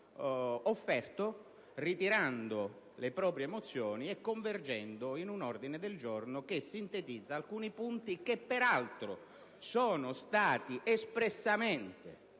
offerto, ritirando le proprie mozioni e convergendo in un ordine del giorno che sintetizza alcuni punti che peraltro sono stati espressamente